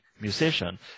musician